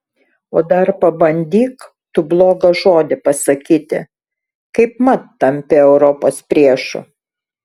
o dar pabandyk tu blogą žodį pasakyti kaipmat tampi europos priešu